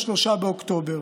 3 באוקטובר,